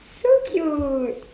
so cute